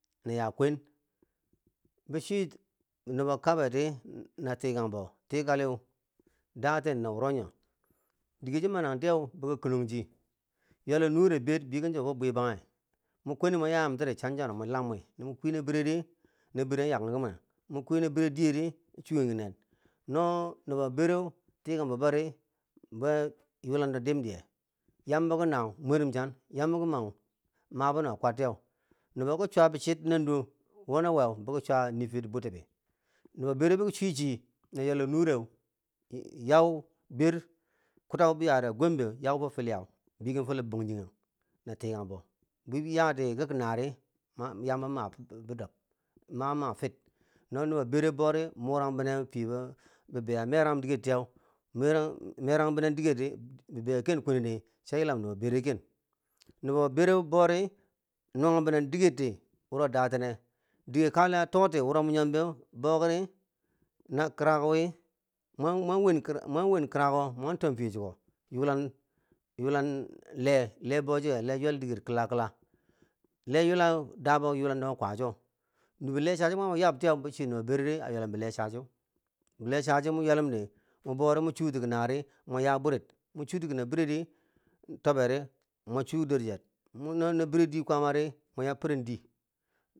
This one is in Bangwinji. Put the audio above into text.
Na ya kwen, bi chwiti nubo kabe ti na tikanbo, tikali daten na wuro nyo, diye chi manan tiye, boki kenanchi, ywelu nure ber, biyeken chiko fo bwi banghe, mo kweni mo ya yamtiri, chan nawo mo lam wi, mo kwi nabiredi, na bire a yaken ki nen, mo kwina bire diye di chukenki nen, no nubo bire tikang bori, beu yulan do dimdiye, yambo ki naa mwerum chan, yambo ki nau mabo nawo kwatiyeu no ki chwabichit nanduwo, wo na wen biki chwa niifir bwiti bi nobo bere biki chwichi, chi a ywelu nure kutau yare gombe yau fo filiya biyen fo lobangjonghe na tikangbo yambo an m ma bidom na nubo bere bori muurangbiner fiye bibeiyo a meranghum diger merang binentiyeu, bibei ken kweni chi yilam nobe bere ken nobo bere boudi nung binen diger ti wuro datenne, digekale a to ti wuro mo nyom be bori la kirako wii, mo wen mo wen mo wen kirako mo tom fiye chiko, yulan yulan heen bo cjike lee ywel diger kila kila, lee yulanghu, dabo yulando ki kwacho, bilechaji, me yab tiye bi chwi nobo bere chiya ywelum bilechaji, bilechaji no ywellum di mo bori mo chuti ki naar, mo ya bwirit kina bire toberi mo chuu dor cher, no na beri diye ri mu ya firen dor chet.